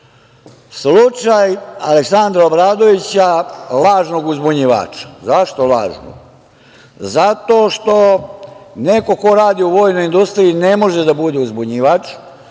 Aleksandra Obradovića, lažnog uzbunjivača. Zašto lažnog? Zato što neko ko radi u vojnoj industriji ne može da bude uzbunjivač,